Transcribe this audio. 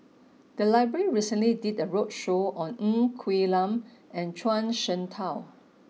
the library recently did a roadshow on Ng Quee Lam and Zhuang Shengtao